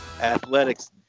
Athletics